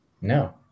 no